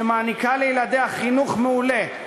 שמעניקה לילדיה חינוך מעולה,